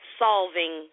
solving